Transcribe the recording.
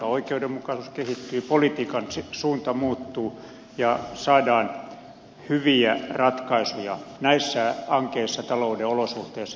oikeudenmukaisuus kehittyy politiikan suunta muuttuu ja saadaan hyviä ratkaisuja näissä ankeissa talouden olosuhteissa